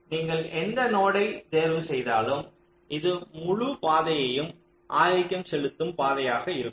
எனவே நீங்கள் எந்த நோ டை தேர்வு செய்தலும் இந்த முழு பாதையும் ஆதிக்கம் செலுத்தும் பாதையாக இருக்கும்